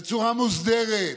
בצורה מוסדרת,